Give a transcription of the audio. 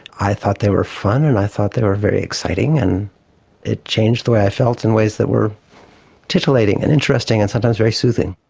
i thought they were fun and i thought they were very exciting and it changed the way i felt in ways that where titillating and interesting and sometimes very soothing.